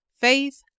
Faith